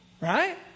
right